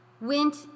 went